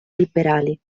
liberali